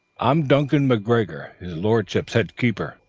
i'm duncan mcgregor, his lordship's head keeper,